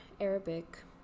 Arabic